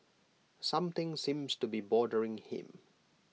something seems to be bothering him